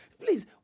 Please